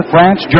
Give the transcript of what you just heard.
France